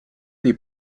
dei